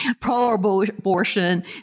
pro-abortion